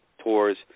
tours